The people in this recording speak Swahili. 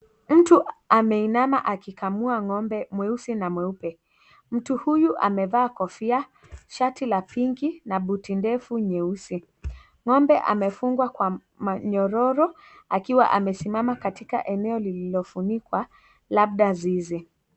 Mtu ameinama akikamua ngombe mweusi na mweupe, mtu huyu amevaa kofia, shati la pink na buti ndefu nyeusi, ngombe amefungwa kwa nyororo akiwa amesimama katika eneo lililofunikwa labda zizi.